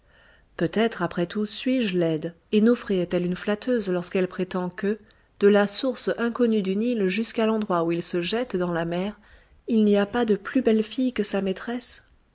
peut-être après tout suis-je laide et nofré est-elle une flatteuse lorsqu'elle prétend que de la source inconnue du nil jusqu'à l'endroit où il se jette dans la mer il n'y a pas de plus belle fille que sa maîtresse